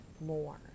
more